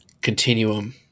Continuum